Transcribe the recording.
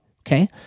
Okay